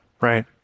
right